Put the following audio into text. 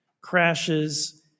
crashes